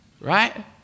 Right